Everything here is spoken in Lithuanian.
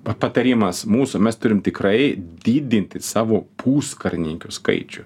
pa patarimas mūsų mes turim tikrai didinti savo puskarininkių skaičių